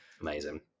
Amazing